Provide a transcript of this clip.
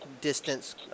distance